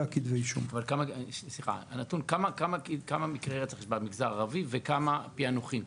כמה מקרי רצח יש במגזר הערבי, וכמה פענוחים?